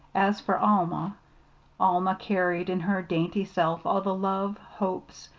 as for alma alma carried in her dainty self all the love, hopes,